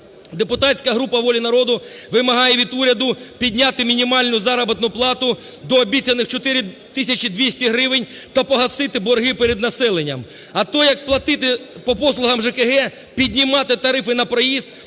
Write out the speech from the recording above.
Депутатська група "Воля народу" вимагає від уряду підняти мінімальну заробітну плату до обіцяних 4 тисячі 200 гривень та погасити борги перед населенням. А то, як платити по послугам ЖКГ, піднімати тарифи на проїзд,